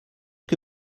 que